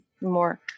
more